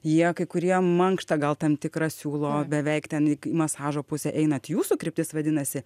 jie kai kurie mankštą gal tam tikrą siūlo beveik ten į k masažo pusė einat jūsų kryptis vadinasi